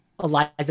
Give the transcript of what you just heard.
Eliza